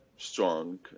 strong